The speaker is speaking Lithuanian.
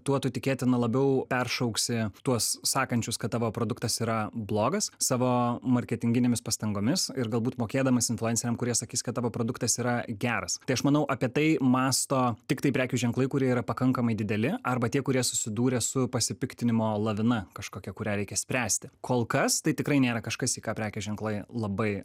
tuo tu tikėtina labiau peršauksi tuos sakančius kad tavo produktas yra blogas savo marketinginėmis pastangomis ir galbūt mokėdamas influenceriam kurie sakys kad tavo produktas yra geras tai aš manau apie tai mąsto tiktai prekių ženklai kurie yra pakankamai dideli arba tie kurie susidūrę su pasipiktinimo lavina kažkokia kurią reikia spręsti kol kas tai tikrai nėra kažkas į ką prekės ženklai labai